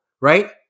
right